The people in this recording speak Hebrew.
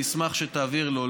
אני אשמח שתעביר לו,